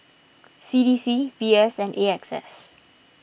C D C V S and A X S